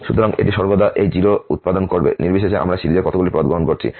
সুতরাং এটি সর্বদা এই 0 উত্পাদন করবে নির্বিশেষে আমরা সিরিজে কতগুলি পদ গ্রহণ করছি